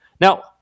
Now